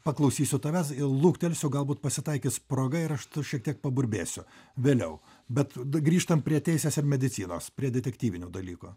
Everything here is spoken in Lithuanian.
paklausysiu tavęs luktelsiu galbūt pasitaikys proga ir aš tu šiek tiek paburbėsiu vėliau bet grįžtam prie teisės ir medicinos prie detektyvinių dalykų